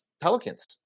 Pelicans